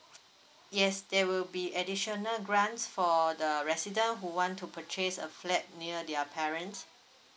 yes there will be additional grants for the resident who want to purchase a flat near their parents